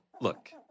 Look